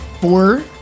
four